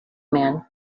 man